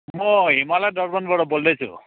म हिमालय दर्पणबाट बोल्दैछु